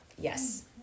yes